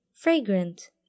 fragrant